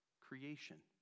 creation